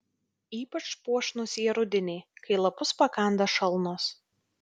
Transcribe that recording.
ypač puošnūs jie rudenį kai lapus pakanda šalnos